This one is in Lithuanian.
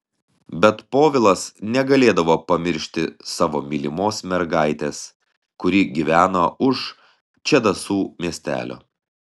bet povilas negalėdavo pamiršti savo mylimos mergaitės kuri gyveno už čedasų miestelio